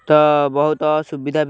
ତ ବହୁତ ସୁବିଧା